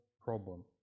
problem